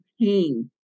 pain